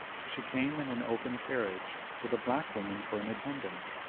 she came in an open carriage, with a black woman for an attendant.